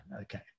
Okay